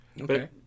Okay